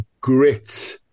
grit